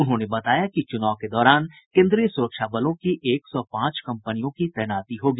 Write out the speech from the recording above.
उन्होंने बताया कि चुनाव के दौरान केन्द्रीय सुरक्षा बलों की एक सौ पांच कंपनियों की तैनाती होगी